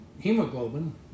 hemoglobin